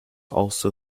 also